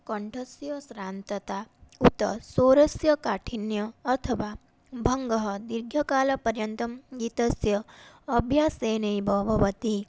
कण्ठस्य श्रान्तता उत स्वरस्य काठिन्यम् अथवा भङ्गः दीर्घकालपर्यन्तम् गीतस्य अभ्यासेनैव भवति